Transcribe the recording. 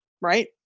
right